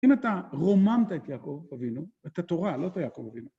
אם אתה רוממת את יעקב אבינו... את התורה, לא אתה יעקב אבינו...